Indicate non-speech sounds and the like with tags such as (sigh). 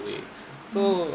(breath) so